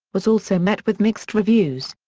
was also met with mixed reviews.